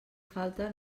falta